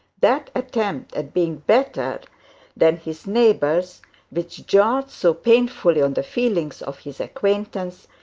that attempt at being better than his neighbours which jarred so painfully on the feelings of his acquaintances,